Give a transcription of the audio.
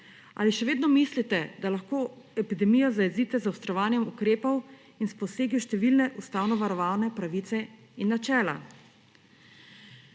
Ali še vedno mislite, da lahko epidemijo zajezite z zaostrovanjem ukrepov in s posegi v številne ustavno varovane pravice in načela?